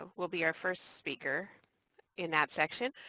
ah will be our first speaker in that section.